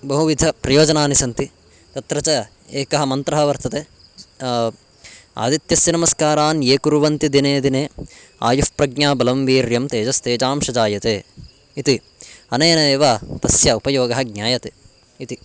बहुविध प्रयोजनानि सन्ति तत्र च एकः मन्त्रः वर्तते आदित्यस्य नमस्कारान् ये कुर्वन्ति दिने दिने आयुः प्रज्ञाबलं वीर्यं तेजस् तेजांशं जायते इति अनेन एव तस्य उपयोगः ज्ञायते इति